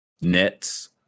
Nets